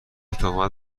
تهمت